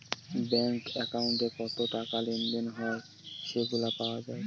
bank একাউন্টে কত টাকা লেনদেন হয় সেগুলা পাওয়া যায়